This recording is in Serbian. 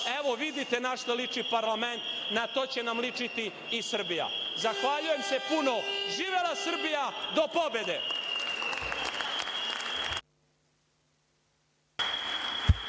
evo, vidite na šta liči parlament, na to će nam ličiti i Srbija. Zahvaljujem se puno. Živela Srbija do pobede!